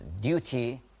duty